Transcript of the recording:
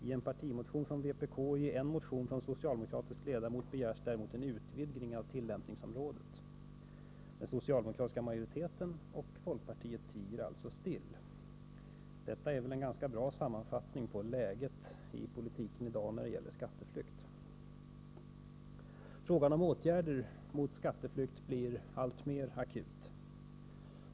I en partimotion från vpk och i en motion av en socialdemokratisk riksdagsledamot begärs däremot en utvidgning av tillämpningsområdet.” Den socialdemokratiska majoriteten och folkpartiet tiger alltså still. Detta är en ganska bra sammanfattning av läget i politiken i dag när det gäller skatteflykt. Frågan om åtgärder mot skatteflykt blir alltmer akut.